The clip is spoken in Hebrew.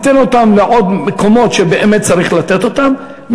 ניתן אותם לעוד מקומות שבאמת צריך לתת אותם,